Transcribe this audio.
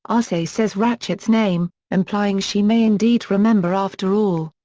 arcee says ratchet's name, implying she may indeed remember after all.